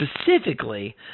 specifically